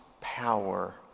power